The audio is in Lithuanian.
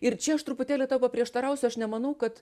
ir čia aš truputėlį paprieštarausiu aš nemanau kad